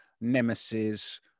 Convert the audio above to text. Nemesis